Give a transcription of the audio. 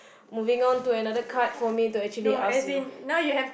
moving on to another card for me to actually ask you